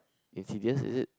Insidious is it